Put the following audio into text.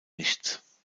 nichts